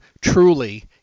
truly